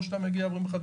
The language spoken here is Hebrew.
או שאומרים לך,